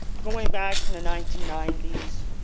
going back to the nineteen ninety s,